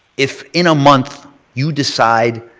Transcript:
if in a month you decide